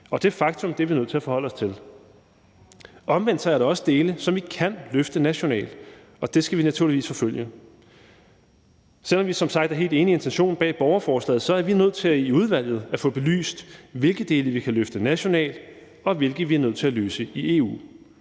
Det faktum er vi nødt til at forholde os til. Omvendt er der også dele, som vi kan løfte nationalt, og det skal vi naturligvis forfølge. Selv om vi som sagt er helt enige i intentionen med borgerforslaget, er vi nødt til i udvalget at få belyst, hvilke dele vi kan løfte nationalt, og hvilke vi er nødt til at løse i EU.